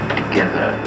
together